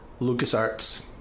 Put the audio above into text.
LucasArts